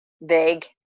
vague